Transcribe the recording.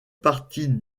partie